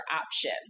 option